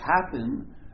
happen